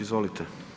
Izvolite.